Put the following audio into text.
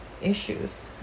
issues